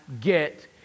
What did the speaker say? get